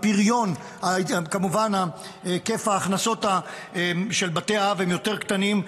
וכמובן היקף ההכנסות של בתי האב קטנים יותר,